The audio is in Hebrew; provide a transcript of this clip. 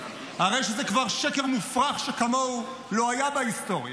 הרי שזה כבר שקר מופרך שכמוהו לא היה בהיסטוריה.